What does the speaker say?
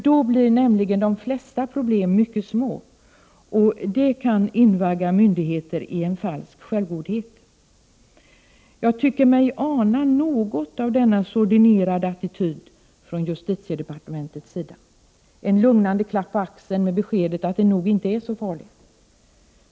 De flesta problem blir då mycket små, och det kan invagga myndigheter i en falsk självgodhet. Jag tycker mig ana något av denna sordinerade attityd från justitiedepartementets sida — en lugnande klapp på axeln med beskedet att det nog inte är så farligt.